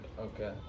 okay